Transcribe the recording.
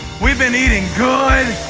we've been eating good.